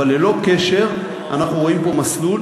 אבל ללא קשר אנחנו רואים פה מסלול.